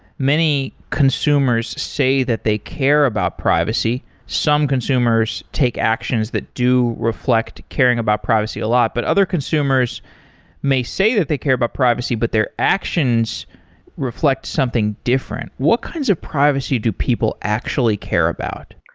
many consumers say that they care about privacy. some consumers take actions that do reflect caring about privacy a lot, but other consumers may say that they care about privacy, but their actions reflect something different. what kinds of privacy do people actually care about?